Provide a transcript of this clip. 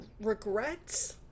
regrets